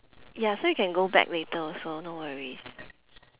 ya so you can go back later also no worries